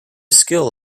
skill